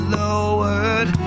lowered